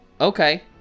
Okay